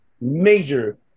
major